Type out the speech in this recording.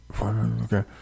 Okay